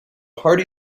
hearty